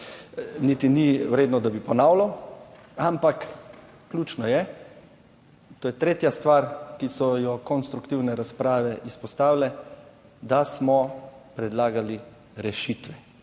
niti ni vredno, da bi ponavljal. Ampak ključno je, to je tretja stvar, ki so jo konstruktivne razprave izpostavile, da smo predlagali rešitve.